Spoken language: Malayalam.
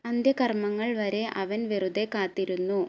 അന്ത്യകർമ്മങ്ങൾ വരെ അവൻ വെറുതെ കാത്തിരുന്നു